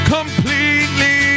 Completely